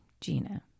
Gina